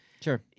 Sure